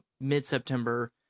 mid-September